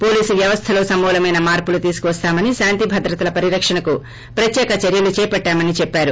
police వ్వవస్థలో సమూలమైన మార్సులు తీసుకువస్తామని శాంతి భద్రతల పరిరక్షణకు ప్రత్వేక చర్యలు చేపట్లామని చెప్పారు